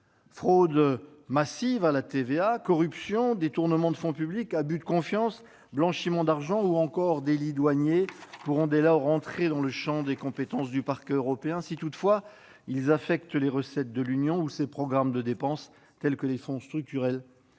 Fraudes massives à la TVA, corruption, détournement de fonds publics, abus de confiance, blanchiment d'argent ou encore délits douaniers pourront dès lors entrer dans le champ de compétence du Parquet européen, si toutefois ils affectent les recettes de l'Union européenne ou ses programmes de dépenses, tels que les fonds structurels